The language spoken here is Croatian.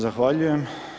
Zahvaljujem.